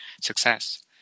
success